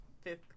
fifth